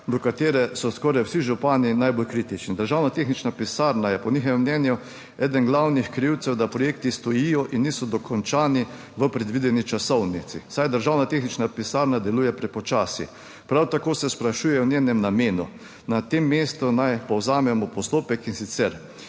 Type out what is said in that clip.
do katere so skoraj vsi župani najbolj kritični. Državna tehnična pisarna je po njihovem mnenju eden glavnih krivcev, da projekti stojijo in niso dokončani v predvideni časovnici, saj Državna tehnična pisarna deluje prepočasi, prav tako se sprašujejo o njenem namenu. Na tem mestu naj povzamemo postopek, in sicer